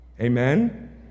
Amen